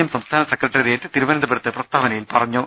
M സംസ്ഥാന secretariat തിരു വനന്തപുരത്ത് പ്രസ്താവനയിൽ പറഞ്ഞു